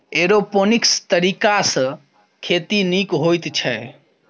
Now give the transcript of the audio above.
aeroponics तरीकासँ खेती नीक होइत छै